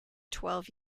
twelve